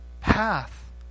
path